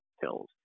pills